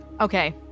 Okay